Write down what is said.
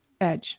edge